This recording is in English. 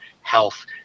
health